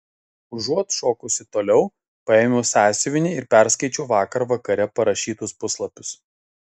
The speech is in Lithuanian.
užuot šokusi toliau paėmiau sąsiuvinį ir perskaičiau vakar vakare parašytus puslapius